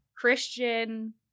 Christian